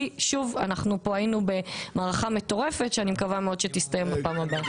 שוב אנחנו היינו במערכה מטורפת אני מקווה מאוד שתסתיים בפעם הבאה.